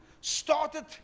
started